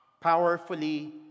powerfully